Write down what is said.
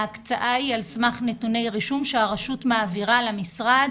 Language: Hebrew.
ההקצאה היא על סמך נתוני רישום שהרשות מעבירה למשרד